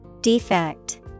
Defect